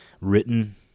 written